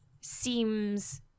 seems